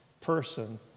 person